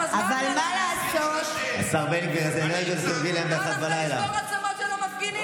יש לך זמן, לשבור עצמות של מפגינים?